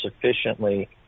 sufficiently